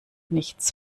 nichts